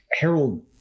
Harold